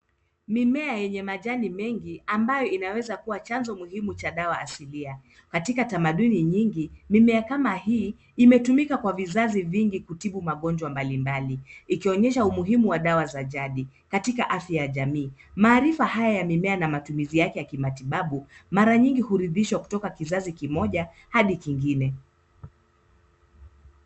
Mimea yenye majani mengi ambayo inaweza kua chanzo muhimu cha dawa asilia .Katika tamaduni nyingi mimea kama hii imetumika kwa vizazi vingi kutibu magonjwa mbali mbali. Ikionyesha umuhimu wa dawa za jadi ,katika afya ya jamii. Maarifa haya ya mimea na matumizi yake ya kimatibabu mara mingi huridhishwa kutoka kizazi kimoja Hadi kingine .